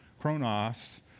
chronos